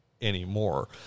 anymore